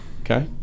Okay